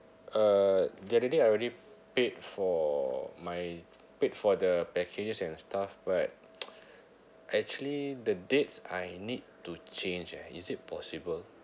uh the other day I already paid for my paid for the packages and stuff but actually the dates I need to change eh is it possible